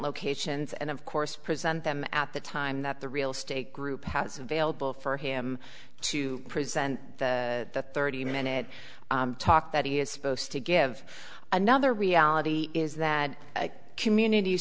locations and of course present them at the time that the real state group has available for him to present the thirty minute talk that he is supposed to give another reality is that a community